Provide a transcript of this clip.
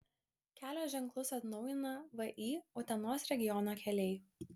kelio ženklus atnaujina vį utenos regiono keliai